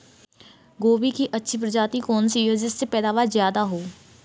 गोभी की अच्छी प्रजाति कौन सी है जिससे पैदावार ज्यादा हो?